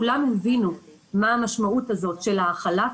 כולם הבינו מה המשמעות הזאת של החל"ת,